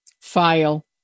file